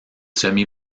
semi